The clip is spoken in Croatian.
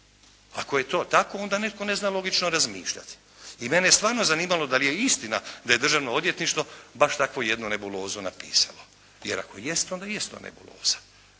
Ako je to tako onda netko ne zna logično razmišljati i mene je stvarno zanimalo da li je istina da je Državno odvjetništvo baš takvu jednu nebulozu napisalo. Jer ako jest, onda jest to nebuloza.